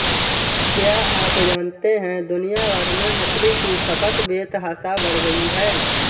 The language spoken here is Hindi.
क्या आप जानते है दुनिया भर में मछली की खपत बेतहाशा बढ़ गयी है?